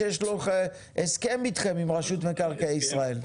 שיש לו הסכם עם רשות מקרקעי ישראל.